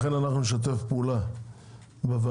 לכן אנחנו נשתף פעולה בוועדה